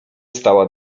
stała